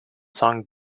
song